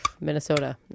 Minnesota